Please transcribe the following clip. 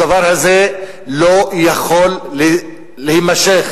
הדבר הזה לא יכול להימשך.